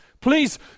please